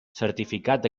certificat